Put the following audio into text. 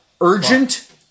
urgent